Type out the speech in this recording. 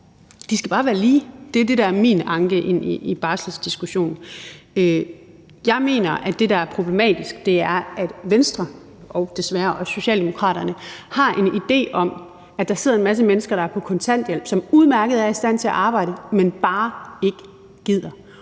de skal bare være lige. Det er det, der er min anke ind i barselsdiskussionen. Jeg mener, at det, der er problematisk, er, at Venstre og desværre også Socialdemokraterne har en idé om, at der sidder en masse mennesker, der er på kontanthjælp, som udmærket er i stand til at arbejde, men bare ikke gider.